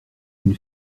une